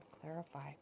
clarify